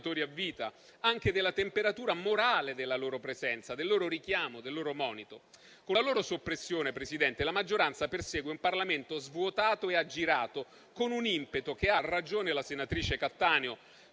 anche della temperatura morale della loro presenza, del loro richiamo, del loro monito. Con la loro soppressione, signor Presidente, la maggioranza persegue un Parlamento svuotato e aggirato e lo fa con impeto. Ha ragione la senatrice Cattaneo,